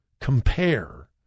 compare